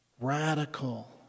radical